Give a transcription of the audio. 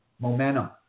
momentum